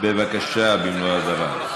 בבקשה, במלוא הדרה.